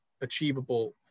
achievable